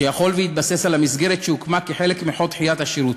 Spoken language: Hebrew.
שיכול ויתבסס על המסגרת שהוקמה כחלק מחוק דחיית השירות,